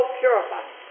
purified